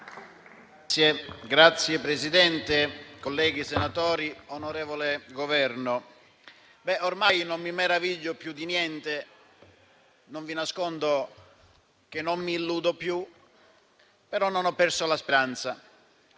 Signora Presidente, colleghi senatori, rappresentanti del Governo, ormai non mi meraviglio più di niente, non vi nascondo che non mi illudo più, però non ho perso la speranza